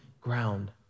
ground